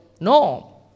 No